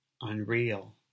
unreal